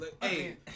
Hey